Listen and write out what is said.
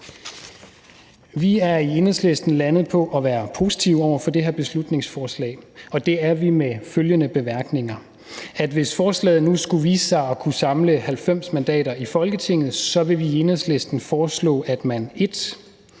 Vi er i Enhedslisten landet på at være positive over for det her beslutningsforslag, og det er vi med følgende bemærkninger: Hvis forslaget nu skulle vise sig at kunne samle 90 mandater i Folketinget, vil vi i Enhedslisten foreslå: at man 1)